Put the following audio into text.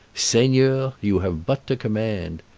seigneur, you have but to command.